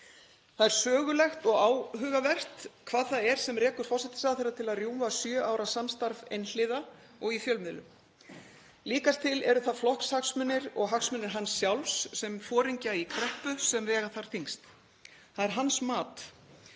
Það er sögulegt og áhugavert hvað það er sem rekur forsætisráðherra til að rjúfa sjö ára samstarf einhliða og í fjölmiðlum. Líkast til eru það flokkshagsmunir og hagsmunir hans sjálfs sem foringja í kreppu sem vega þar þyngst. Það er hans mat.